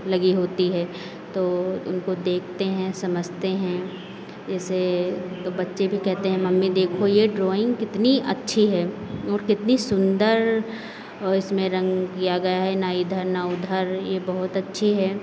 लगी होती है तो उनको देखते हैं समझते हैं ऐसे बच्चे भी कहते हैं मम्मी देखो ये ड्राइंग कितनी अच्छी है और कितनी सुन्दर औ इसमें रंग किया गया है न इधर न उधर ये बहुत अच्छी है